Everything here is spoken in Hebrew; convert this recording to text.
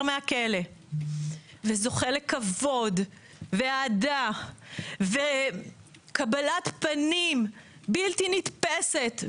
מהכלא וזוכה לכבוד ואהדה וקבלת פנים בלתי נתפסת,